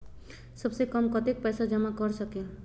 सबसे कम कतेक पैसा जमा कर सकेल?